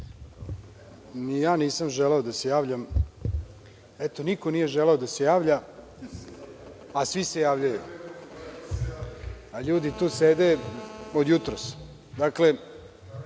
nisam želeo da se javljam. Eto niko nije želeo da se javlja, a svi se javljaju, a ljudi tu sede od jutros. Dakle,